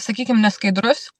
sakykim neskaidrus